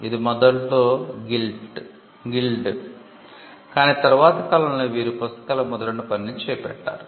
ఇది మొదట్లో గిల్డ్ కానీ తరవాత కాలంలో వీరు పుస్తకాల ముద్రణ పనిని చేపట్టారు